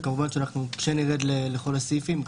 וכשנרד לסעיפים,